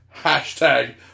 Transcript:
hashtag